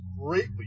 greatly